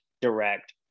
direct